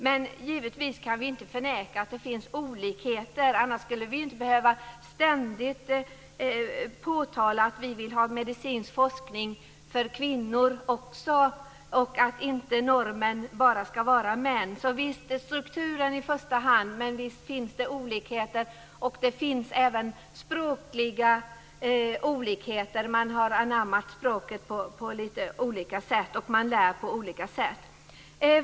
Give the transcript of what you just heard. Men givetvis kan vi inte förneka att det finns olikheter, annars skulle vi ju inte ständigt behöva påtala att vi vill ha medicinsk forskning för kvinnor och att normen inte bara ska utgå från män. Visst, strukturen i första hand, men visst finns det olikheter, även språkliga olikheter. Språket anammas på lite olika sätt och man lär på lite olika sätt.